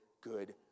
good